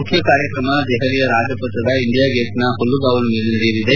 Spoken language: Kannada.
ಮುಖ್ಯ ಕಾರ್ಯಕ್ರಮ ದೆಹಲಿಯ ರಾಜಪಥದ ಇಂಡಿಯಾ ಗೇಟ್ನ ಮಲ್ಲುಗಾವಲು ಮೇಲೆ ನಡೆಯಲಿದೆ